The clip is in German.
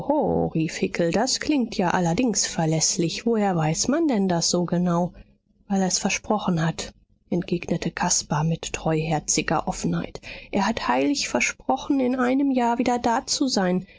das klingt ja allerdings verläßlich woher weiß man denn das so genau weil er es versprochen hat entgegnete caspar mit treuherziger offenheit er hat heilig versprochen in einem jahr wieder da zu sein